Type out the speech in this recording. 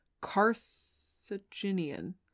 Carthaginian